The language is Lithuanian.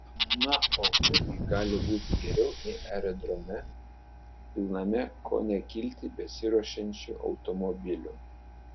na o kur gi gali būti geriau nei aerodrome pilname ko ne kilti besiruošiančių automobilių